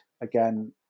again